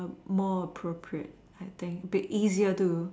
more appropriate I think it'd be easier to